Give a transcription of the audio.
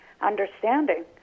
understanding